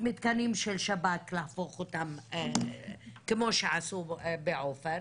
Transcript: מתקנים של שב"ס להפוך אותם כמו שעשו בעופר,